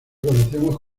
conocemos